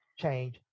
change